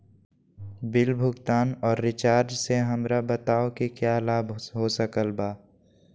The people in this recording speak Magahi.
बिल भुगतान और रिचार्ज से हमरा बताओ कि क्या लाभ हो सकल बा?